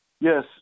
Yes